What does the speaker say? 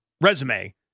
resume